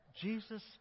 Jesus